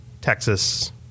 Texas